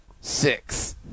Six